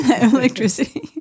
Electricity